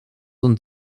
und